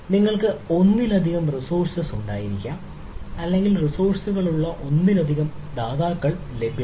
നിങ്ങൾക്ക് ഒന്നിലധികം റിസോഴ്സ് ഉണ്ടായിരിക്കാം അല്ലെങ്കിൽ റിസോഴ്സ്കളുള്ള ഒന്നിലധികം ദാതാക്കൾ ലഭ്യമാണ്